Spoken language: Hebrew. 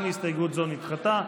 גם הסתייגות זו נדחתה.